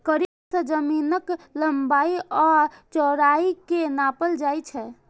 कड़ी सं जमीनक लंबाइ आ चौड़ाइ कें नापल जाइ छै